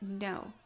no